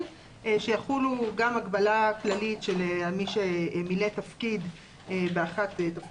יחולו גם הגבלה כללית על מי שמילא תפקיד מרשימת